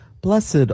Blessed